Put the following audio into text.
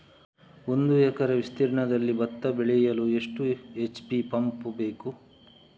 ಒಂದುಎಕರೆ ವಿಸ್ತೀರ್ಣದಲ್ಲಿ ಭತ್ತ ಬೆಳೆಯಲು ಎಷ್ಟು ಎಚ್.ಪಿ ಪಂಪ್ ಬೇಕು?